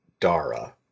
Dara